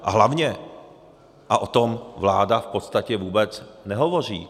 A hlavně o tom vláda v podstatě vůbec nehovoří.